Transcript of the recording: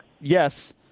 yes